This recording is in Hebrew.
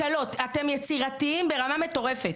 הקלות אתם יצירתיים ברמה מטורפת.